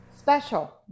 special